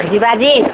ଯିବା ଆଜି